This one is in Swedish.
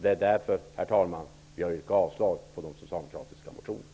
Det är därför, herr talman, som jag yrkar avslag på de socialdemokratiska reservationerna.